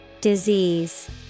disease